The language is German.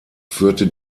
führte